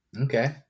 Okay